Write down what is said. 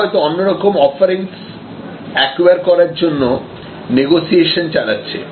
তারা হয়তো অন্যরকম অফারিংস একোয়ার করার জন্য নেগোসিয়েশন চালাচ্ছে